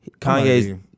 Kanye